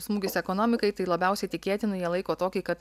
smūgis ekonomikai tai labiausiai tikėtina jie laiko tokį kad